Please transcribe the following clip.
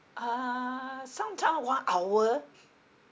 uh sometime one hour